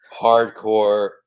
hardcore